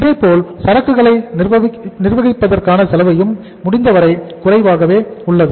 இதேபோல் சரக்குகளை நிர்வகிப்பதற்கான செலவும் முடிந்தவரை குறைவாகவே உள்ளது